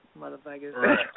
motherfuckers